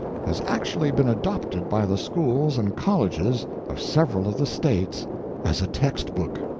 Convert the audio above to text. has actually been adopted by the schools and colleges of several of the states as a text-book!